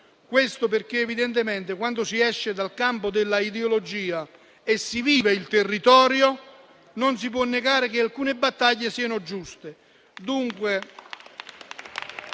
Questo perché, evidentemente, quando si esce dal campo dell'ideologia e si vive il territorio, non si può negare che alcune battaglie siano giuste.